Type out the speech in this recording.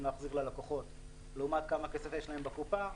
להחזיר ללקוחות לעומת כמה כסף יש להם בקופה,